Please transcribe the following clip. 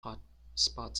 hotspot